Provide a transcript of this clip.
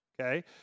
Okay